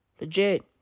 Legit